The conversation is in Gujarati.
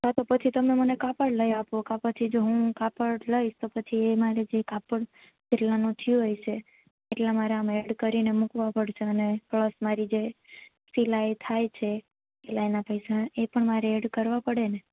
કાં પછી તમે મને કાપડ લઈ આપો કા પછી જો હું કાપડ લઈશ કા પછી એ મારે જે કાપડ જેટલાંનું થયું હશે એટલા મારે એડ કરી ને મૂકવા પડશે અને પ્લસ મારી જે સિલાઈ થાય છે એટલા એના પૈસા એ પણ મારે એડ કરવા પડેને